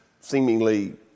seemingly